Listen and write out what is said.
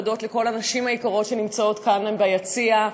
להודות לכל הנשים היקרות שנמצאות כאן ביציע.